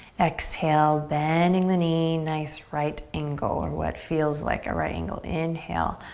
exhale, bending the knee. nice right angle or what feels like a right angle. inhale,